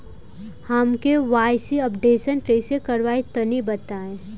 हम KYC updation कइसे करवाई तनि बताई?